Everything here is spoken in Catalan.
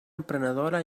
emprenedora